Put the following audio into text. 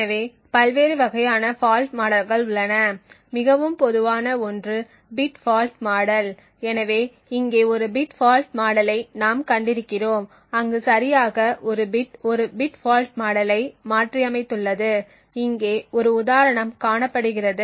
எனவே பல்வேறு வகையான ஃபால்ட் மாடல்கள் உள்ளன மிகவும் பொதுவான ஒன்று பிட் ஃபால்ட் மாடல் எனவே இங்கே ஒரு பிட் ஃபால்ட் மாடலை நாம் கண்டிருக்கிறோம் அங்கு சரியாக ஒரு பிட் ஒரு பிட் ஃபால்ட் மாடலைமாற்றியமைத்துள்ளது இங்கே ஒரு உதாரணம் காணப்படுகிறது